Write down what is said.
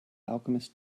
alchemist